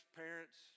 parents